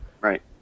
Right